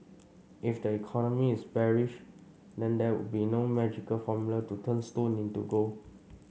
if the economy is bearish then there would be no magical formula to turn stone into gold